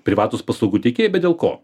privatūs paslaugų teikėjai bet dėl ko